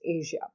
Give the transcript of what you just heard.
Asia